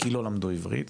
כי לא למדו עברית.